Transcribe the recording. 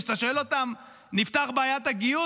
וכשאתה שואל אותם: נפתרה בעיית הגיוס?